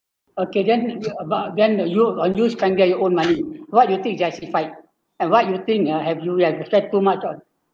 okay then you about then the you oh you use can't get your own money what do you think justified and what you think uh have you uh spent too much on